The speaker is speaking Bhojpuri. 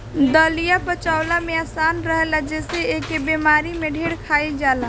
दलिया पचवला में आसान रहेला जेसे एके बेमारी में ढेर खाइल जाला